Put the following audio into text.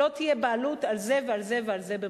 לא תהיה בעלות על זה ועל זה ועל זה במקביל.